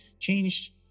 changed